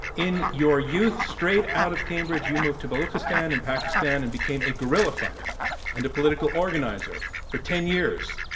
in your youth straight out of cambridge you moved to baluchistan in pakistan and became a guerrilla fighter and a political organizer for ten years.